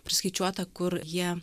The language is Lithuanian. priskaičiuota kur jie